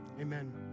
Amen